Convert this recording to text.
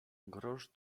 grosz